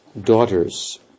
daughters